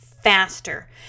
faster